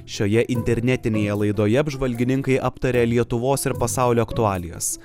šioje internetinėje laidoje apžvalgininkai aptarė lietuvos ir pasaulio aktualijas